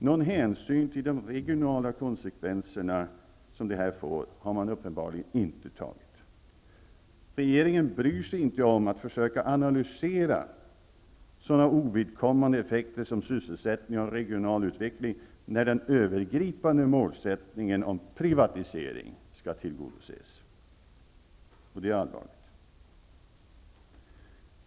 Någon hänsyn till de regionala konsekvenser som detta får har man uppenbarligen inte tagit. Regeringen bryr sig inte om att försöka analysera sådana ovidkommande effekter som sysselsättning och regional utveckling när den övergripande målsättningen om privatisering skall tillgodoses, och det är allvarligt.